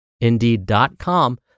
Indeed.com